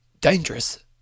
Dangerous